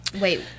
Wait